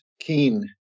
keen